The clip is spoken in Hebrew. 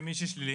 ומי ששלילי?